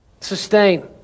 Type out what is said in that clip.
Sustain